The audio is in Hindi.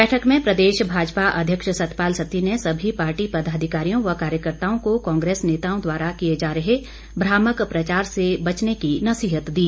बैठक में प्रदेश भाजपा अध्यक्ष सतपाल सत्ती ने सभी पार्टी पदाधिकारियों व कार्यकर्ताओं को कांग्रेस नेताओं द्वारा किए जा रही भ्रामक प्रचार से बचने की नसीहत दी